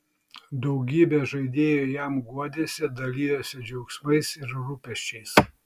daugybė žaidėjų jam guodėsi dalijosi džiaugsmais ir rūpesčiais